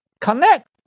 connect